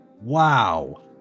Wow